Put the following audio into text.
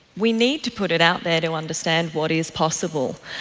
we need to put it out there to understand what is possible,